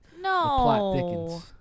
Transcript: No